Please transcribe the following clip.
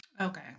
Okay